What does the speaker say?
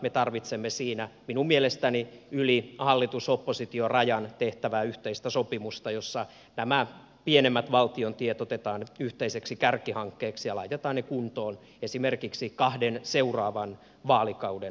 me tarvitsemme siinä minun mielestäni yli hallitusoppositiorajan tehtävää yhteistä sopimusta jossa nämä pienemmät valtion tiet otetaan yhteiseksi kärkihankkeeksi ja laitetaan ne kuntoon esimerkiksi kahden seuraavan vaalikauden aikana